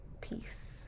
peace